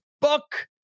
book